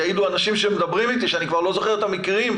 יעידו אנשים שמדברים איתי שאני כבר לא זוכר את המקרים,